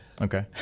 Okay